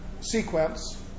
sequence